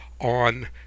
on